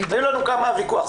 תגידי לנו מה הוויכוח.